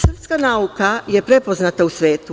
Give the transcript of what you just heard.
Srpska nauka je prepoznata u svetu.